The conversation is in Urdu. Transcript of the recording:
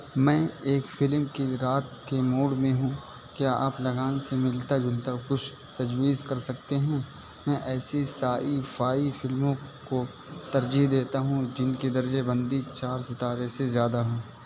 میں ایک فلم کی رات کے موڈ میں ہوں کیا آپ لگان سے ملتا جلتا کچھ تجویز کر سکتے ہیں میں ایسی سائی فائی فلموں کو ترجیح دیتا ہوں جن کی درجہ بندی چار ستارے سے زیادہ ہو